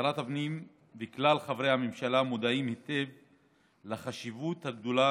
שרת הפנים וכלל חברי הממשלה מודעים היטב לחשיבות הגדולה